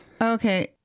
okay